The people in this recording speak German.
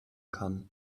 kann